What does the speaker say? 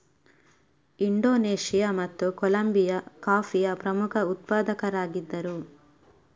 Indonesia ಮತ್ತು Colombia ಕಾಫಿಯ ಪ್ರಮುಖ ಉತ್ಪಾದಕರಾಗಿದ್ದರು